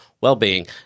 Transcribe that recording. well-being